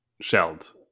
shelled